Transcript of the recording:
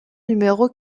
numéro